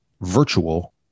virtual